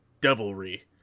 devilry